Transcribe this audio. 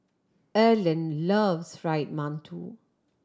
Erland loves Fried Mantou